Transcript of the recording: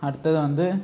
அடுத்தது வந்து